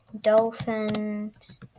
Dolphins